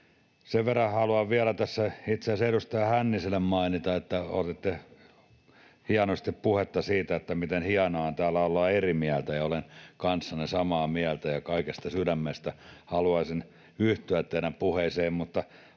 Sen verran haluan vielä tässä itse asiassa edustaja Hänniselle mainita, että otitte hienosti puheeksi sen, miten hienoa on täällä olla eri mieltä, ja olen kanssanne samaa mieltä ja kaikesta sydämestä haluaisin yhtyä teidän puheeseenne.